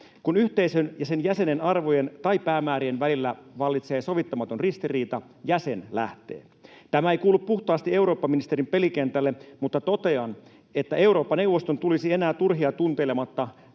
Kun yhteisön ja sen jäsenen arvojen tai päämäärien välillä vallitsee sovittamaton ristiriita, jäsen lähtee. Tämä ei kuulu puhtaasti eurooppaministerin pelikentälle, mutta totean, että Eurooppa-neuvoston tulisi enää turhia tunteilematta